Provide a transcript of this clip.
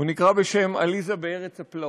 והוא נקרא בשם "עליסה בארץ הפלאות".